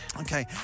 Okay